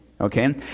Okay